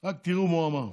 אז רק תראו מה הוא אמר: